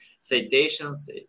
citations